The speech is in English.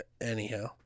Anyhow